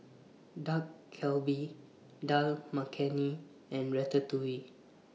Dak Galbi Dal Makhani and Ratatouille